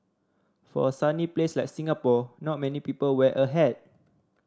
for a sunny place like Singapore not many people wear a hat